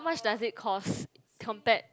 how much does it cost compared